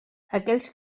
aquells